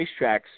racetracks